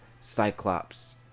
cyclops